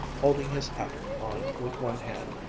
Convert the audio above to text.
holding his hat on with one hand,